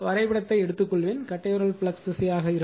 வரைபடத்தை எடுத்துக்கொள்வேன் கட்டைவிரல் ஃப்ளக்ஸ் திசையாக இருக்கும்